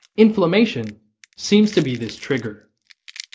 inflammation seems to be this trigger.